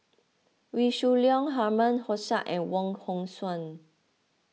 Wee Shoo Leong Herman Hochstadt and Wong Hong Suen